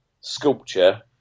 sculpture